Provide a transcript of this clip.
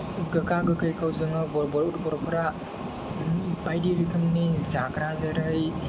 गोखा गोखैखौ जोङो बयबो बर'फोरा बायदि रोखोमनि जाग्रा जेरै